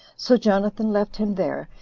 so jonathan left him there,